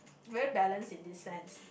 very balance in this sense